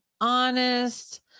honest